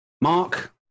Mark